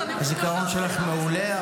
הזיכרון שלך מעולה.